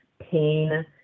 pain